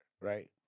Right